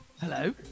Hello